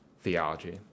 theology